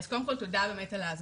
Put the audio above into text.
אז קודם כל תודה על ההזמנה,